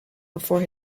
before